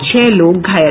छह लोग घायल